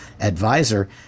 advisor